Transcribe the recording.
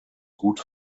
gut